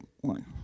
one